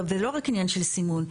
ולא רק עניין של סימון.